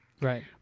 Right